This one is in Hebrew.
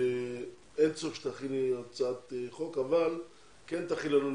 אין צורך שתכיני הצעת חוק אבל כן תכיני לנו